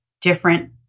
different